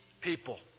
people